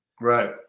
right